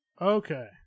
Okay